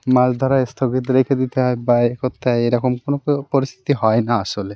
মাছ ধরা স্থগিত রেখে দিতে হয় বা এ করতে হয় এ রকম কোনো পরিস্থিতি হয় না আসলে